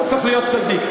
לא צריך להיות צדיק,